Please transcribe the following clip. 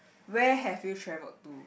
where have you travelled to